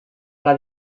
alla